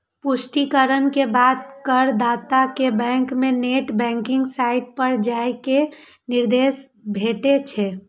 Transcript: पुष्टिकरण के बाद करदाता कें बैंक के नेट बैंकिंग साइट पर जाइ के निर्देश भेटै छै